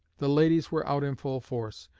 the ladies were out in full force.